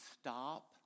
stop